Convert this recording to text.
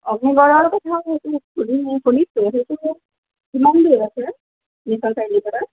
আগ্নিগড়ৰ কথাও শুনিছোঁ সেইটো কিমান দূৰ আছে মিচন চাৰিআলি পৰা